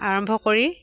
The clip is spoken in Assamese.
আৰম্ভ কৰি